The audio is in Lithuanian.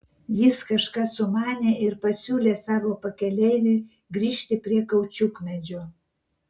jis kažką sumanė ir pasiūlė savo pakeleiviui grįžti prie kaučiukmedžio